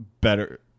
better